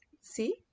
See